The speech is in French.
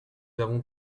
avons